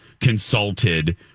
consulted